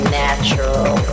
natural